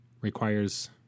requires